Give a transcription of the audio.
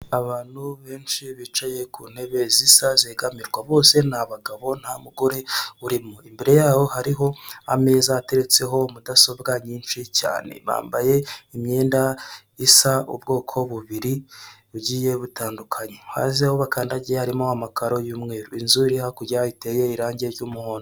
Abantu benshi bicaye ku ntebe zisa zegamirwa, bose ni abagabo nta mugore urimo, imbere yabo hariho ameza ateretseho mudasobwa nyinshi cyane, bambaye imyenda isa ubwoko bubiri bugiye butandukanye, hasi aho bakandagiye harimo amakaro y'umweru inzu iri hakurya iteye irangi ry'umuhondo.